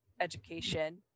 education